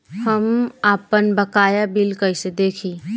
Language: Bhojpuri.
हम आपनबकाया बिल कइसे देखि?